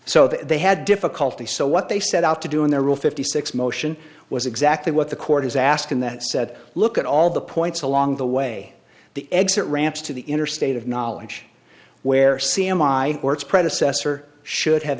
so that they had difficulty so what they set out to do in their rule fifty six motion was exactly what the court is asking that said look at all the points along the way the exit ramps to the interstate of knowledge where c m i or its predecessor should have